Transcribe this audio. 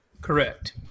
Correct